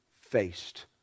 faced